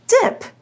dip